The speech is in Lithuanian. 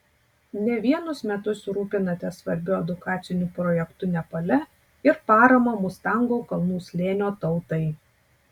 ne vienus metus rūpinatės svarbiu edukaciniu projektu nepale ir parama mustango kalnų slėnio tautai